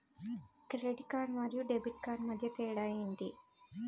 Credit card మరియు debit card మధ్య తేడా ఎంటి?